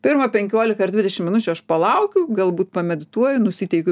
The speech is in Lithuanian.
pirmą penkiolika ar dvidešim minučių aš palaukiu galbūt pamedituoju nusiteikiu